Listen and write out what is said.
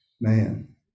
man